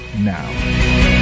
now